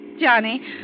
Johnny